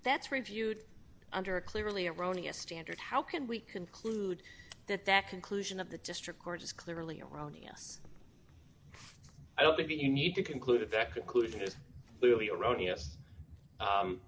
that's reviewed under a clearly erroneous standard how can we conclude that that conclusion of the district court is clearly erroneous i don't think you need to conclude that conclusion is clearly erroneous